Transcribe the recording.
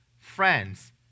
friends